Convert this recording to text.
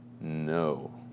No